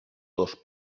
dos